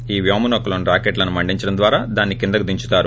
ఆ వ్యోమనౌకలోని రాకెట్లను మండించడం ద్వారా దాన్ని కిందకు దించుతారు